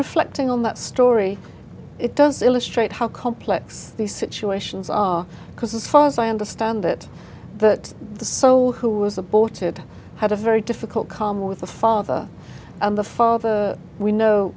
reflecting on that story it does illustrate how complex these situations are because as far as i understand it that the soul who was aborted had a very difficult column with the father and the father we know